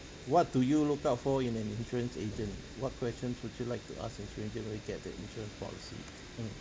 what do you look out for in an insurance agent what questions would you like to ask your insurance agent when you get the insurance policy mm